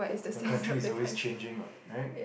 your country is always changing what right